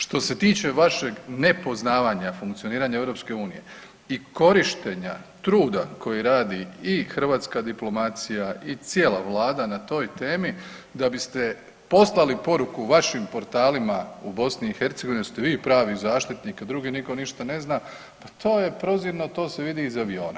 Što se tiče vašeg nepoznavanja funkcioniranja EU i korištenja truda koji radi i hrvatska diplomacija i cijela vlada na toj temi, da biste poslali poruku vašim portalima u BiH da ste vi pravi zaštitnik, a drugi nitko ništa ne zna, to je prozirno, to se vidi iz aviona.